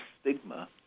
stigma